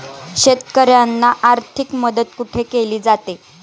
शेतकऱ्यांना आर्थिक मदत कुठे केली जाते?